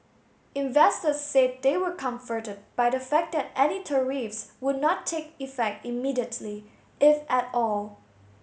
investors said they were comforted by the fact that any tariffs would not take effect immediately if at all